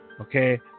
Okay